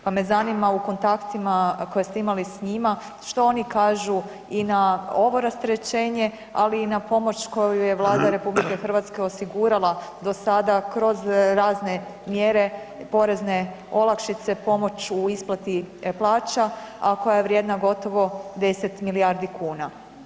Pa me zanima u kontaktima koje ste imali s njima što oni kažu i na ovo rasterećenje, ali i na pomoć koju je Vlada RH osigurala do sada kroz razne mjere porezne olakšice, pomoć u isplati plaća, a koja je vrijedna gotovo 10 milijardi kuna.